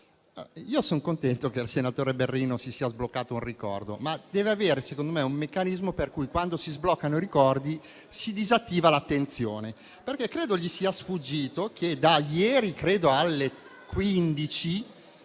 io sono contento che al senatore Berrino si sia sbloccato un ricordo. Egli deve, però, avere un meccanismo per cui, quando si sbloccano i ricordi, si disattiva l'attenzione. Credo, infatti, gli sia sfuggito, che da ieri, alle ore